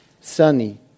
sunny